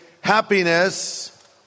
Happiness